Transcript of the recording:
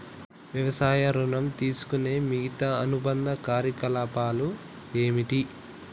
వ్యవసాయ ఋణం తీసుకునే మిగితా అనుబంధ కార్యకలాపాలు ఏమిటి?